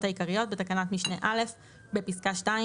העיקריות- בתקנת משנה (א) בפסקה (2),